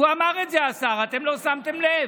הוא אמר את זה, השר, אתם לא שמתם לב.